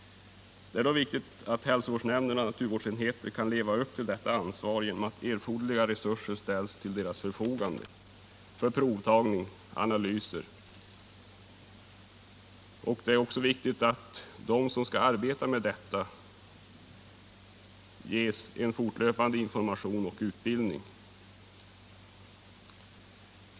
Det är då viktigt att hälsovårdsnämnder och naturvårdsenheter kan leva upp till detta ansvar genom att erforderliga resurser ställs till deras förfogande för provtagning och analyser samt att de som skall arbeta med detta ges en fortlöpande information och utbildning.